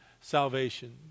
salvation